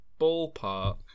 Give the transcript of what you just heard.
ballpark